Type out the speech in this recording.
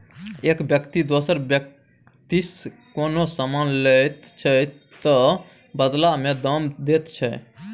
एक बेकती दोसर बेकतीसँ कोनो समान लैत छै तअ बदला मे दाम दैत छै